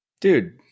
dude